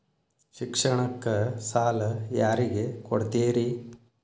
ಶಿಕ್ಷಣಕ್ಕ ಸಾಲ ಯಾರಿಗೆ ಕೊಡ್ತೇರಿ?